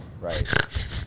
Right